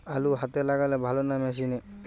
আলু হাতে লাগালে ভালো না মেশিনে?